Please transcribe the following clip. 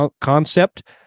concept